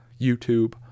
YouTube